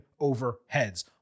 Overheads